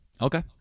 Okay